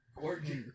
Gorgeous